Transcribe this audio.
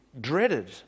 dreaded